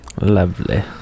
Lovely